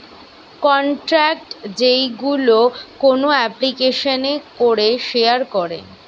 contact যেইগুলো কোন এপ্লিকেশানে করে শেয়ার করে